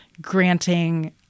granting